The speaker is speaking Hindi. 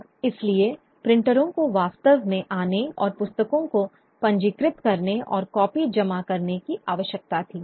अब इसलिए प्रिंटरों को वास्तव में आने और पुस्तकों को पंजीकृत करने और कॉपी जमा करने की आवश्यकता थी